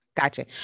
Gotcha